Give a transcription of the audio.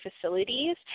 facilities